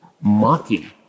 mocking